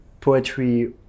poetry